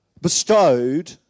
bestowed